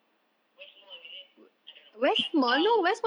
west mall is it I don't know ya um